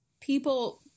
people